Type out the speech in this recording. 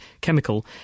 chemical